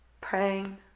Praying